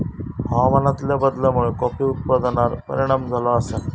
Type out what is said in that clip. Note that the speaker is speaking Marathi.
हवामानातल्या बदलामुळे कॉफी उत्पादनार परिणाम झालो आसा